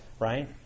right